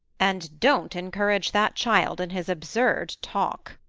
and don't encourage that child in his absurd talk.